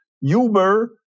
Uber